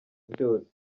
byose